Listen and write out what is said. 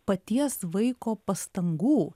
paties vaiko pastangų